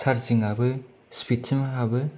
सारजिंईबो स्पिदसिन हाबो